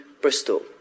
Bristol